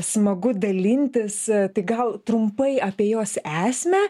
smagu dalintis tai gal trumpai apie jos esmę